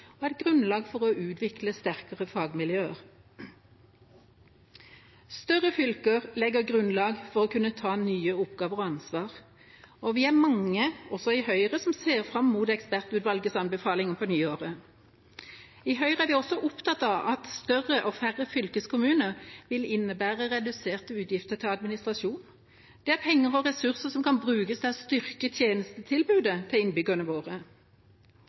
arbeidsmarkedsregioner og et grunnlag for å utvikle sterkere fagmiljøer. Større fylker legger grunnlag for å kunne ta nye oppgaver og ansvar, og vi er mange også i Høyre som ser fram mot Ekspertutvalgets anbefalinger på nyåret. I Høyre er vi også opptatt av at større og færre fylkeskommuner vil innebære reduserte utgifter til administrasjon. Det er penger og ressurser som kan brukes til å styrke tjenestetilbudet til innbyggerne våre.